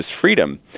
freedom